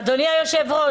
אדוני היושב-ראש,